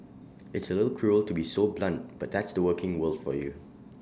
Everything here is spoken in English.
it's cruel to be so blunt but that's the working world for you